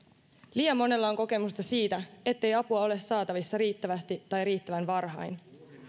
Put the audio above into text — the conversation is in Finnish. liian monella on kokemusta siitä ettei apua ole saatavissa riittävästi tai riittävän varhain